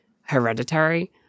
Hereditary